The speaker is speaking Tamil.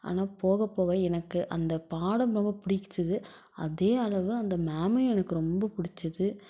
ஆனால் போக போக எனக்கு அந்த பாடம் ரொம்ப பிடிச்சிது அதே அளவு அந்த மேமும் எனக்கு ரொம்ப பிடிச்சிது